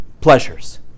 pleasures